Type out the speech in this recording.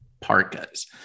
parkas